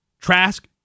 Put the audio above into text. Trask